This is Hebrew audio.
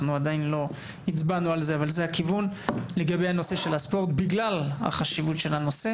עדיין לא הצבענו על זה אבל זה הכיוון בגלל החשיבות של הנושא.